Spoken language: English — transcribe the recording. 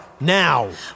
Now